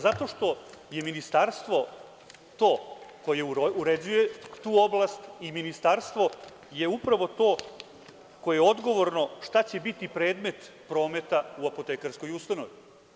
Zato što je Ministarstvo to koje uređuje tu oblast i Ministarstvo je upravo to koje je odgovorno šta će biti predmet prometa u apotekarskoj ustanovi.